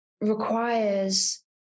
requires